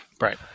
Right